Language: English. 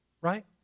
Right